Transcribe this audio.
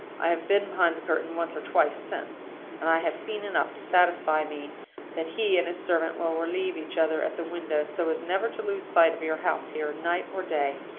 i have been behind the curtain once or twice since and i have seen enough to satisfy me that he and his servant will relieve each other at the window, so as never to lose sight of your house here, night or day.